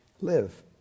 live